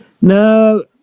No